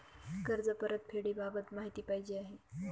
कर्ज परतफेडीबाबत माहिती पाहिजे आहे